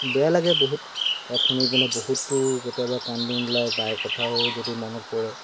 বেয়া লাগে বহুত তাত শুনি পিনে বহুতো কেতিয়াবা কান্দোন ওলাই বাইৰ কথাও যদি মনত পৰে